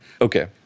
Okay